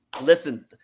Listen